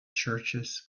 churches